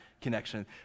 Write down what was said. connection